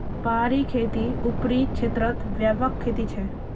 पहाड़ी खेती ऊपरी क्षेत्रत व्यापक खेती छे